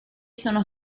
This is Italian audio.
sono